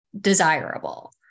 desirable